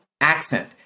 accent